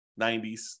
90s